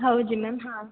ಹೌದು ರೀ ಮ್ಯಾಮ್ ಹಾಂ